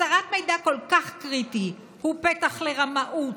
הסתרת מידע כל כך קריטי היא פתח לרמאות,